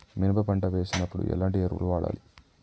మినప పంట వేసినప్పుడు ఎలాంటి ఎరువులు వాడాలి?